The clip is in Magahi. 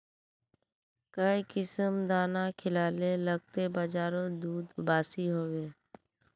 काई किसम दाना खिलाले लगते बजारोत दूध बासी होवे?